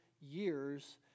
years